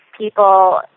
people